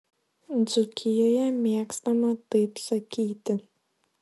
dzūkijoje mėgstama taip sakyti